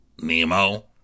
Nemo